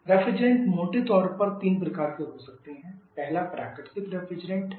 refrigerant मोटे तौर पर तीन प्रकार के हो सकते हैं पहला प्राकृतिक रेफ्रिजरेंट है